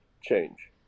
change